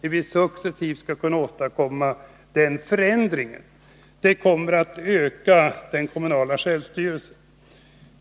En förbättrad skatteutjämning ökar den kommunala självstyrelsen.